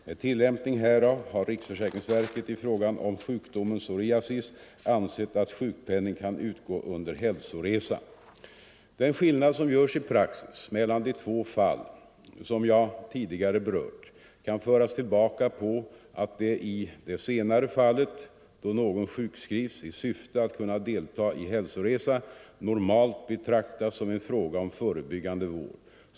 Med tilllämpning härav har riksförsäkringsverket i fråga om sjukdomen psoriasis ansett att sjukpenning kan utgå under hälsoresa. Den skillnad som görs i praxis mellan de två fall som jag tidigare berört kan föras tillbaka på att det i det senare fallet — då någon sjukskrivs i syfte att kunna delta i hälsoresa — normalt betraktas som en fråga om förebyggande vård.